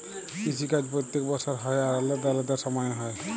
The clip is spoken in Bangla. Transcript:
কিসি কাজ প্যত্তেক বসর হ্যয় আর আলেদা আলেদা সময়ে হ্যয়